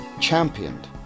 championed